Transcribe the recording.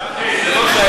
סלח לי, זה לא שייך,